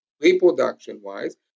reproduction-wise